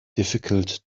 difficult